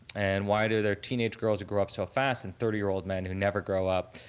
and why are there teenage girls who grow up so fast and thirty year old men who never grow up?